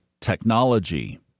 technology